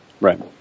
Right